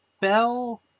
fell